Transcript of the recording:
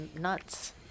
nuts